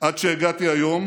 עד שהגעתי היום